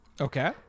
Okay